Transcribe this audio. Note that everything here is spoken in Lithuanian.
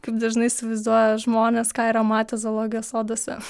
kaip dažnai įsivaizduoja žmonės ką yra matę zoologijos soduose